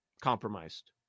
compromised